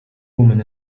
woman